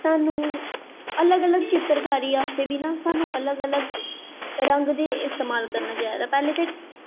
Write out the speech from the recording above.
सानूं अलग अलग चित्तरकारी आस्तै बी ना सानूं अलग रंग इस्तेमाल करना चाहिदा पैह्लें